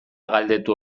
galdetu